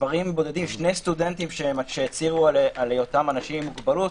במספרים בודדים שני סטודנטים שהצהירו על היותם אנשים עם מוגבלות,